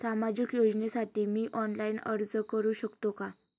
सामाजिक योजनेसाठी मी ऑनलाइन अर्ज करू शकतो का?